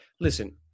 Listen